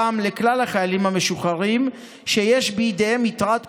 הפעם לכלל החיילים המשוחררים שיש בידיהם יתרת פיקדון.